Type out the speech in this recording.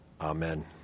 Amen